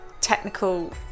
technical